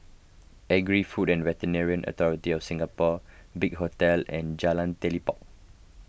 Agri Food and Veterinary Authority of Singapore Big Hotel and Jalan Telipok